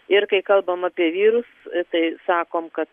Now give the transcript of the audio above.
ir kai kalbam apie vyrus tai sakom kad